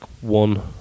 one